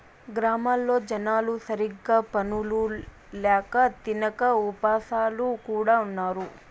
గ్రామాల్లో జనాలు సరిగ్గా పనులు ల్యాక తినక ఉపాసాలు కూడా ఉన్నారు